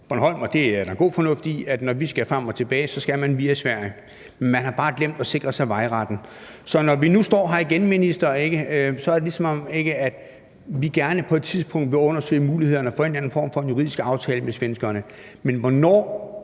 om, og det er der god fornuft i, at skal man til og fra Bornholm, skal man via Sverige. Man har bare glemt at sikre sig vejretten. Så når vi nu står her igen, minister, er det, som om vi gerne på et tidspunkt vil undersøge mulighederne for en eller anden form for juridisk aftale med svenskerne, men hvornår